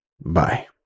Bye